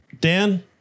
Dan